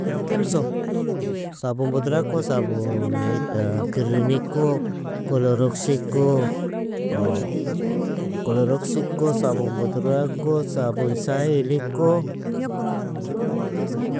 Kemso, sabun budrako, sabun ad_kirriniko, koloroksiko koloroksiko, sabun budrako, sabun sayiliiko